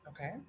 Okay